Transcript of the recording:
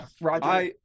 Roger